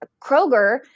Kroger